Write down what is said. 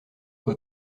quoi